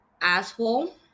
Asshole